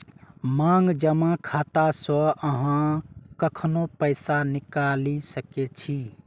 मांग जमा खाता सं अहां कखनो पैसा निकालि सकै छी